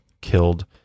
killed